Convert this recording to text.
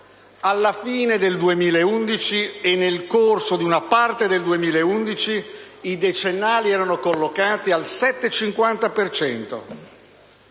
alla fine del 2011 e nel corso di una parte dello stesso anno i decennali erano collocati al 7,50